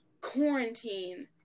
quarantine